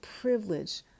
privilege